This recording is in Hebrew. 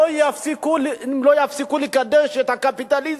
לא יפסיקו לקדש את הקפיטליזם,